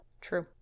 True